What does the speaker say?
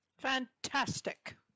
Fantastic